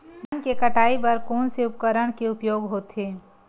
धान के कटाई बर कोन से उपकरण के उपयोग होथे?